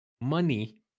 money